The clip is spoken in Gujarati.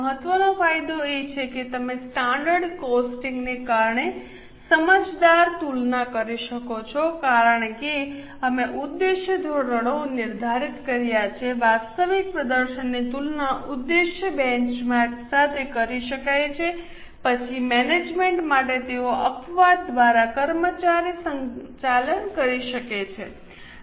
મહત્વનો ફાયદો એ છે કે તમે સ્ટાન્ડર્ડ કોસ્ટિંગને કારણે સમજદાર તુલના કરી શકો છો કારણ કે અમે ઉદ્દેશ્ય ધોરણો નિર્ધારિત કર્યા છે વાસ્તવિક પ્રદર્શનની તુલના ઉદ્દેશ્ય બેંચમાર્ક સાથે કરી શકાય છે પછી મેનેજમેન્ટ માટે તેઓ અપવાદ દ્વારા કર્મચારી સંચાલન કરી શકે છે